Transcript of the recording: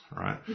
right